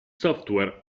software